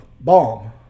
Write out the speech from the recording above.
bomb